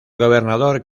gobernador